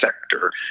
sector